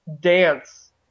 dance